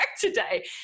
today